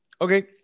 okay